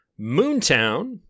Moontown